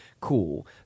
Cool